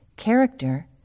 Character